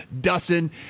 Dustin